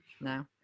No